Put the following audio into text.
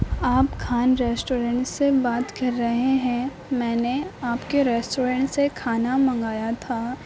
آپ خان ریسٹورینٹ سے بات کر رہے ہیں میں نے آپ کے ریسٹورینٹ سے کھانا منگایا تھا